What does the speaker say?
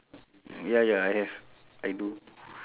ya ya I have I do